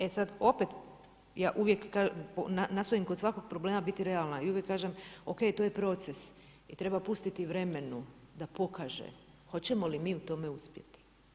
E sad opet, ja uvijek nastojim kod svakog problema biti realna i uvijek kažem ok, to je proces i treba pustiti vremenu da pokaže hoćemo li mi u tome uspjeti.